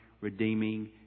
redeeming